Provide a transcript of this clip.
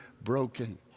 broken